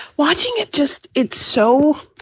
watching it just it's so